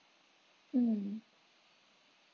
mm